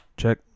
Check